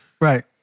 Right